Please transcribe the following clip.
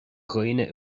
dhaoine